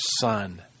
Son